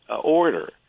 order